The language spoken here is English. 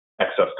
excess